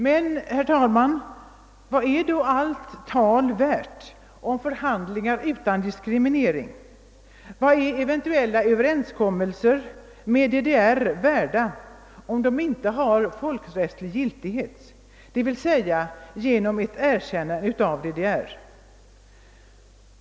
Men, herr talman, vad är då allt tal om förhandlingar utan diskriminering värt, och vad är eventuella överenskommelser med DDR värda om de inte har folkrättslig giltighet, d. v. s. genom ett erkännande av DDR?